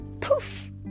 Poof